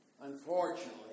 Unfortunately